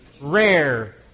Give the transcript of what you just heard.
rare